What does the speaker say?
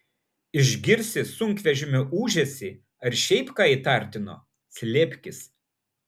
išgirsi sunkvežimio ūžesį ar šiaip ką įtartino slėpkis